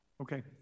Okay